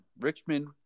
Richmond